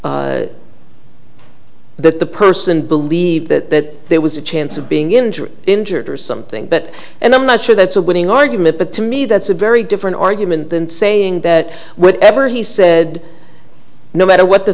intended that the person believed that there was a chance of being injured injured or something but and i'm not sure that's a winning argument but to me that's a very different argument than saying that whatever he said no matter what the